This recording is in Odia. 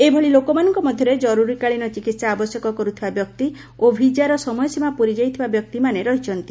ଏଭଳି ଲୋକମାନଙ୍କ ମଧ୍ୟରେ ଜରୁରୀକାଳୀନ ଚିକିତ୍ସା ଆବଶ୍ୟକ କରୁଥିବା ବ୍ୟକ୍ତି ଓ ଭିଜାର ସମୟସୀମା ପ୍ରରିଯାଇଥିବା ବ୍ୟକ୍ତିମାନେ ରହିଛନ୍ତି